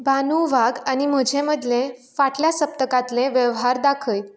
बानू वाघ आनी म्हजे मदले फाटल्या सप्तकांतले वेवहार दाखय